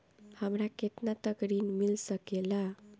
हमरा केतना तक ऋण मिल सके ला?